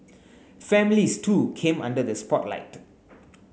families too came under the spotlight